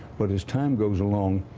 but as time goes along,